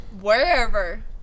wherever